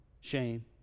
shame